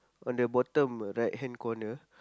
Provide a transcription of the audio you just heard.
on the bottom right hand corner